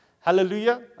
hallelujah